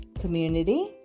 community